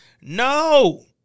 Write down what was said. No